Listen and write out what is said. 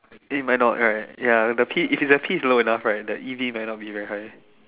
it might not right ya the P if the P is low enough right the E_D might not be very high